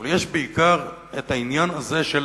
אבל יש בעיקר העניין הזה של